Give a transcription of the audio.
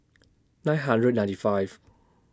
nine hundred ninety five